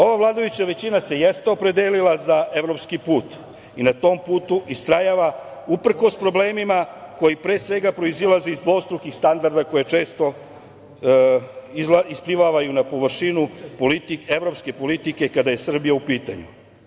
Ova vladajuća većina se jeste opredelila za evropski put i na tom putu istrajava uprkos problemima koji pre svega proizilaze iz dvostrukih standarda koji često isplivavaju na površinu evropske politike kada je Srbija u pitanju.